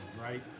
right